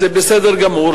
זה בסדר גמור,